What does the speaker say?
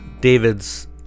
David's